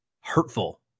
hurtful